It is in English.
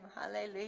Hallelujah